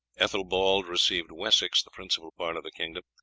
ethelbald received wessex, the principal part of the kingdom,